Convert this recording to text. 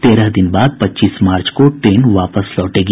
तेरह दिन बाद पच्चीस मार्च को ट्रेन वापस लौटेगी